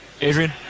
Adrian